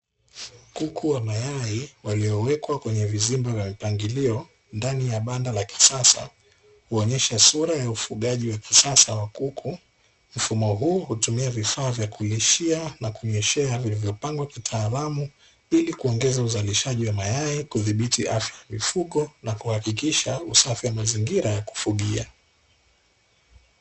Kuku wa mayai waliowekwa kwenye vizimba vya mpangilio ndani ya banda la kisasa kuonyesha sura ya ufugaji wa kisasa wa kuku, mfumo huu hutumia vifaa vya kuainishia na kunyoshea, vilivyopangwa kitaalamu ili kuongeza uzalishaji wa mayai kudhibiti afya ya mifugo na kuhakikisha usafi wa mazingira kufugia.